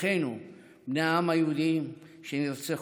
אחינו בני העם היהודי שנרצחו,